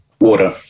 Water